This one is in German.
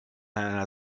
einer